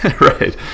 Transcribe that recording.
right